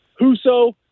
Huso